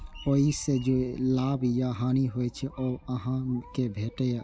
ओइ सं जे लाभ या हानि होइ छै, ओ अहां कें भेटैए